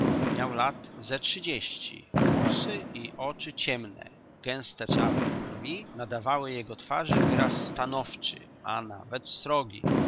miał lat ze trzydzieści włosy i oczy ciemne gęste czarne brwi nadawały jego twarzy wyraz stanowczy a nawet srogi